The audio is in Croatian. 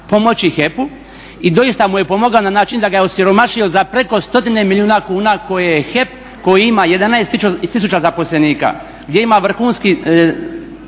pomoći HEP-u i doista mu je pomogao na način da ga je osiromašio za preko 100 milijuna kuna koje je HEP koji ima 11 tisuća zaposlenika, gdje ima vrhunskih